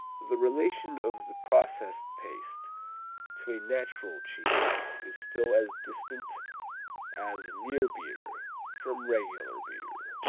the relation of the processed paste to a natural cheese is still as distant as near beer from regular beer.